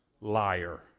liar